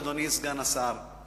אדוני סגן השר.